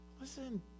Listen